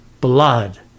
blood